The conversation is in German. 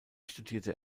studierte